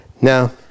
Now